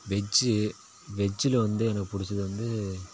veg வெஜ்ஜில் வந்து எனக்கு பிடிச்சது வந்து